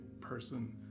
person